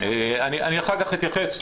זה החל הצהוב למטה.